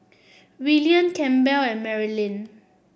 Willian Campbell and Marilynn